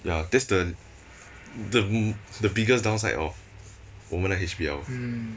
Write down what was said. ya that's the the m~ the biggest downside of 我们的 H_B_L